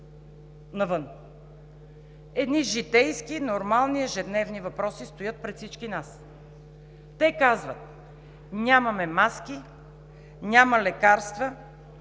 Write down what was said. навън? Едни житейски нормални ежедневни въпроси стоят пред всички нас. Те казват: „Нямаме маски. Няма лекарства.“